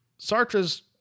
Sartre's